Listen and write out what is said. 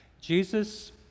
Jesus